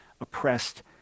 oppressed